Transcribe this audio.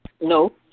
No